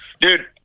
dude